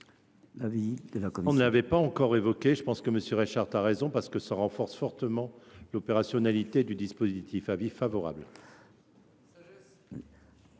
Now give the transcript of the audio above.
l’avis de la commission ?